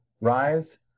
Rise